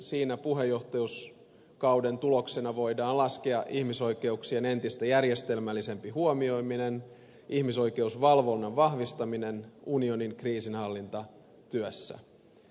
siinä puheenjohtajuuskauden tuloksiksi voidaan laskea ihmisoikeuksien entistä järjestelmällisempi huomioiminen ihmisoikeusvalvonnan vahvistaminen unionin kriisinhallintatyössä